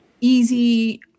easy